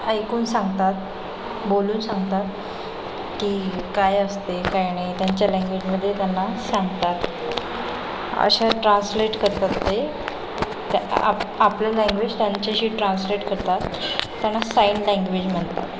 ऐकून सांगतात बोलून सांगतात की काय असते काय नाही त्यांच्या लँग्वेजमध्ये त्यांना सांगतात अशा ट्रान्सलेट करतात ते आपलं लँग्वेज त्यांच्याशी ट्रान्सलेट करतात त्यांना साईन लँग्वेज म्हणतात